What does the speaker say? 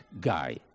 guy